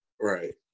right